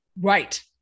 Right